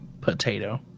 potato